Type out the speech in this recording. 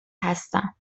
هستم